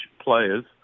players